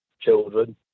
children